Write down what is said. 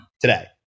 today